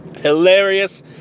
Hilarious